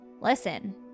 listen